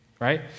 right